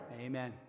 Amen